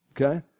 Okay